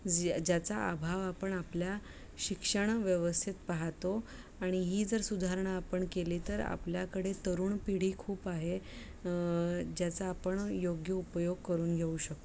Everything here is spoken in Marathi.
ज ज्याचा आभाव आपण आपल्या शिक्षण व्यवस्थेत पाहातो आणि ही जर सुधारणा आपण केली तर आपल्याकडे तरुण पिढी खूप आहे ज्याचा आपण योग्य उपयोग करून घेऊ शकतो